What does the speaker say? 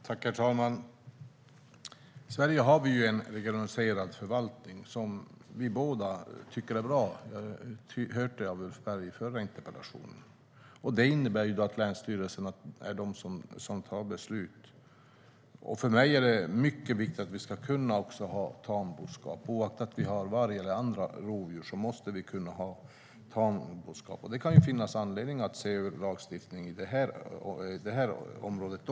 Herr talman! I Sverige har vi regionaliserad förvaltning som vi båda tycker är bra. Det hörde jag också av Ulf Berg i den förra interpellationsdebatten. Det innebär att länsstyrelsen är den som fattar beslut. För mig är det mycket viktigt att vi ska kunna ha tamboskap, oaktat att vi har varg eller andra rovdjur. Det kan finnas anledning att se över lagstiftningen också på det här området.